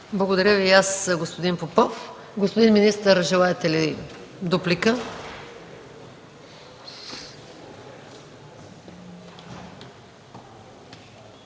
Благодаря, господин Бойчев. Господин министър, желаете ли дуплика?